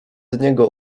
niego